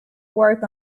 work